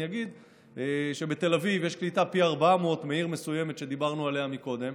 אבל אני אגיד שבתל אביב יש קליטה פי 400 מעיר מסוימת שדיברנו עליה קודם.